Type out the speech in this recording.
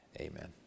amen